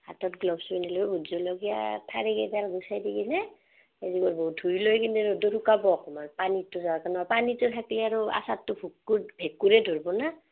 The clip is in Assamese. হাতত গ্লোভচ্ পিন্ধি লৈ ভোট জলকীয়া ঠাৰি কেইডাল গুচাই দি কিনে হেৰি ল'ব ধুই লৈ কিন্তু ৰ'দত শুকাব অকণমান পানীটো যোৱাৰ কাৰণে পানীটো থাকিলে আৰু আচাৰটো ভেঁকুৰ ভেঁকুৰে ধৰ্ব না